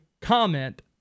comment